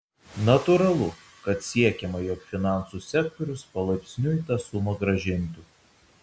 natūralu kad siekiama jog finansų sektorius palaipsniui tą sumą grąžintų